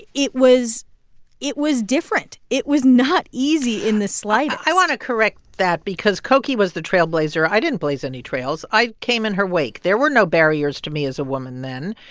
it was it was different. it was not easy in the slightest i want to correct that because cokie was the trailblazer. i didn't blaze any trails. i came in her wake. there were no barriers to me as a woman then.